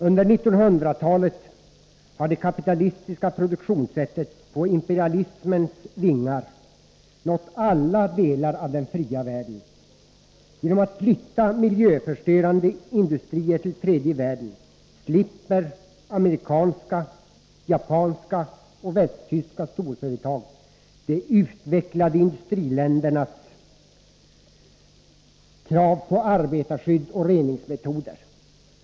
Under 1900-talet har det kapitalistiska produktionssättet på imperialismens vingar nått alla delar av den ”fria världen”. Genom att flytta miljöförstörande industrier till tredje världen slipper amerikanska, japanska och västtyska storföretag de utvecklade industriländernas krav på arbetarskydd och reningsmetoder.